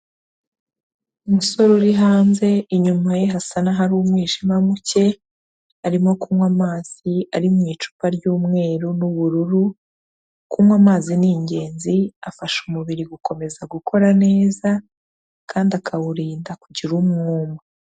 Umusore uri hanze inyuma ye hasa n'ahari umwijima muke, arimo kunywa amazi ari mu icupa ry'umweru n'ubururu, kunywa amazi ni ingenzi afasha umubiri gukomeza gukora neza kandi akawurinda kugira umwuma.